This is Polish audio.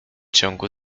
ciągu